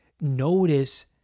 notice